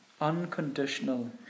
unconditional